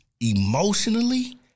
Emotionally